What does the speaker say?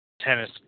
tennis